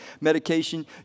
medication